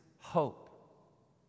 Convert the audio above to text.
hope